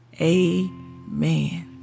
amen